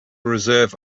reserve